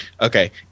Okay